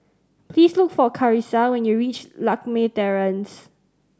please look for Karissa when you reach Lakme Terrace